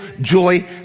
joy